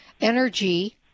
energy